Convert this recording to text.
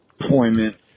deployment